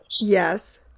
Yes